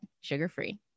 sugar-free